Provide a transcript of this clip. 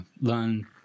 learn